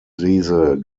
diese